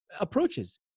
approaches